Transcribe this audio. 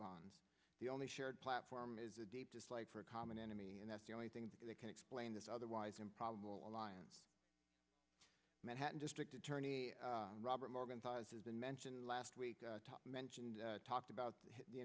bonds the only shared platform is a deep dislike for a common enemy and that's the only thing that can explain this otherwise improbable alliance manhattan district attorney robert morgenthau has been mentioned last week mentioned talked about the